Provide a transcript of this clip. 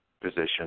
position